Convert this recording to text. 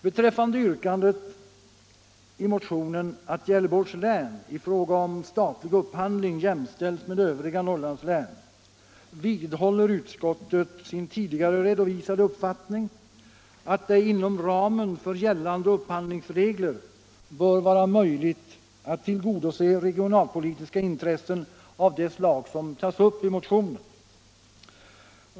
Beträffande yrkandet i motionen att Gävleborgs län i fråga om statlig upphandling jämställs med övriga Norrlandslän vidhåller utskottet sin tidigare redovisade uppfattning, att det inom ramen för gällande upphandlingsregler bör vara möjligt att tillgodose regionalpolitiska intressen av det slag som tas upp i motionen.